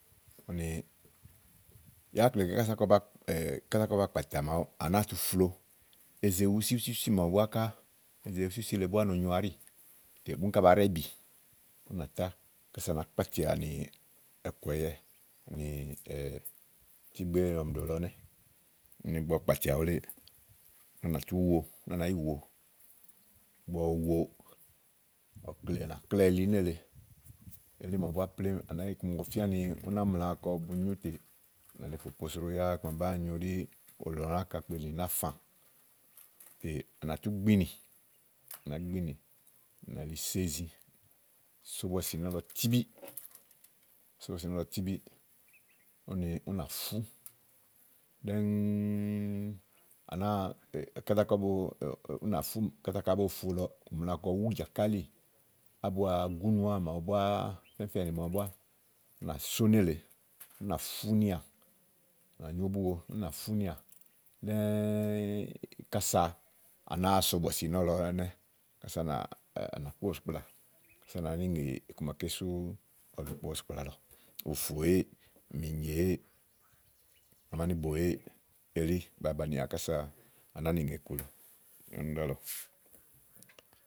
úni, yá klée kása kɔ̀ ba kpàtà màawu à nàáa tu flo úni eze wúsíwúsí màawu búá ká eze wúsíwúsi le búá no nyoà áɖìtè búni ká bàá ɖɛbì ú nà tá kása à nàá kpatìà nì ɔ̀kɔ̀yɛ nì tíì gbé màa ɔmi ɖò ɛnɛ́ igbɔ ɔwɔ kpátìà wuléè úni à nà tú wo úni à nàá yì wo. ígbɔ ɔwɔ wo, à nà kláà eli nélèe elí màa búá plémú, à nàá yi iku màa ɔwɔ fía ni ú ná mla kɔbu nyú tè à nà yili fò posro yá iku ma bàáa nyu ɖí òlò lɔ náka kplelinì náàfa tè ànà tú gbìnì, à nàá gbìnì à nà tú so ízi à nà só bɔ̀sì nɔ̀lɔ tíbí, à nà só bɔ̀sì nɔ̀lɔ tíbí úni ú nà fú ɖɛ́ŋúúú, à nàá tè, kása bàá baa, ú nà fú, kása kàá bo fu lɔ ù mla kɔ wú jàkálì, ábua gúnùá màa wu bùà fɛ̀fɛ̀nì màawu búá, à nà só nélèe ú nà fú nìà, à nà nyó búwo ú nà fúnìà ɖɛ́ɛ́ kása à nàáa so bɔ̀sì nɔ̀lɔ ɛnɛ́, ása à nà kpó bɔ̀sìkplà, àsa à nàá ni ŋè iku maké sú ɔwɔ ɖòo kpo bɔ̀sìkplà lɔ ùfù ééè mìnyè èéè, amánibo èéè, elí ba bànià kása à náanì ŋè iku lɔ yá úni ɖálɔ̀ɔ.